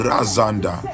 Razanda